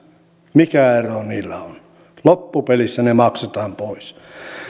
mikä ero niillä on loppupelissä ne maksetaan pois